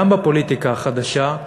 גם בפוליטיקה החדשה,